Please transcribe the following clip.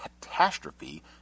catastrophe